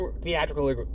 theatrically